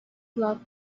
cloth